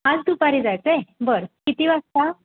आज दुपारी जायचं आहे बरं किती वाजता